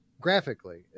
Graphically